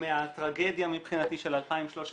מהטרגדיה מבחינתי של 2014-2013,